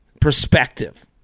perspective